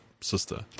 sister